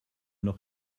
noch